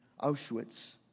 Auschwitz